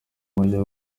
buryo